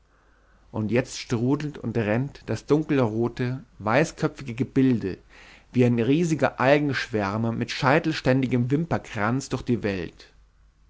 und jetzt strudelt und rennt das dunkelrote weißköpfige gebilde wie ein riesiger algenschwärmer mit scheitelständigem wimperkranz durch die welt